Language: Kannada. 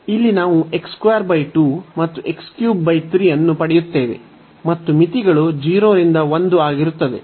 ಇಲ್ಲಿ ನಾವು ಮತ್ತು ಅನ್ನು ಪಡೆಯುತ್ತೇವೆ ಮತ್ತು ಮಿತಿಗಳು 0 ರಿಂದ 1 ಆಗಿರುತ್ತದೆ